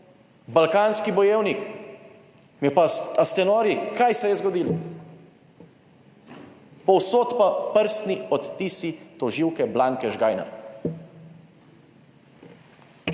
Balkanski bojevnik, ali ste nori, kaj se je zgodilo, povsod pa prstni odtisi tožilke Blanke Žgajnar.